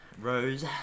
Rose